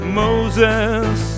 moses